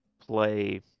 play